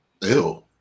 Ew